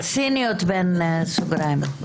ציניות בסוגריים.